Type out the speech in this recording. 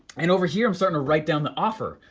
and over here i'm starting to write down the offer.